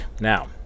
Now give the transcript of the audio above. Now